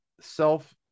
self